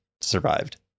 survived